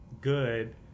good